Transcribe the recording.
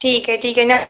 ठीक है ठीक है नमस